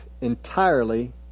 entirely